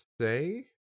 say